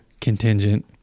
contingent